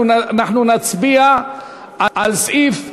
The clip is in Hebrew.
אנחנו נצביע על סעיף 21,